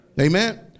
Amen